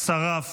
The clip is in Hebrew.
שרף,